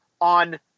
on